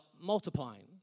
multiplying